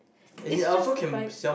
it's justified